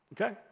Okay